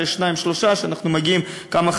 שאנחנו מגיעים שניים,